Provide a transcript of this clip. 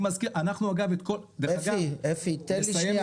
אפי אני חושב